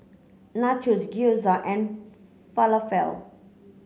Nachos Gyoza and Falafel